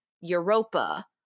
Europa